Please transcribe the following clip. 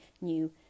new